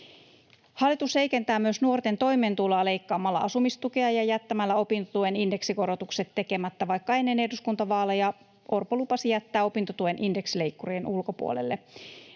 Hallitus heikentää myös nuorten toimeentuloa leikkaamalla asumistukea ja jättämällä opintotuen indeksikorotukset tekemättä, vaikka ennen eduskuntavaaleja Orpo lupasi jättää opintotuen indeksileikkurin ulkopuolelle.